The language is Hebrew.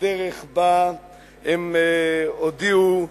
לדרך שהם הודיעו,